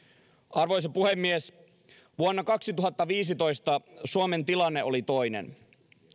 arvoisa puhemies vuonna kaksituhattaviisitoista suomen tilanne oli toinen